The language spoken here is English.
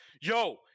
Yo